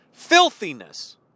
Filthiness